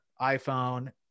iPhone